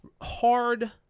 hard